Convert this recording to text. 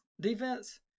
defense